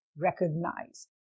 recognize